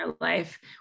life